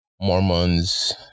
Mormons